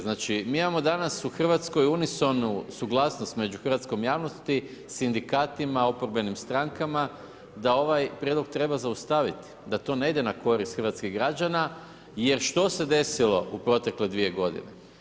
Znači mi imamo danas u Hrvatskoj unisonu suglasnost među hrvatskom javnosti, sindikatima, oporbenim strankama da ovaj prijedlog treba zaustaviti, da to ne ide na korist hrvatskih građana jer što se to desilo u protekle 2 g.